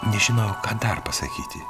nežinojau ką dar pasakyti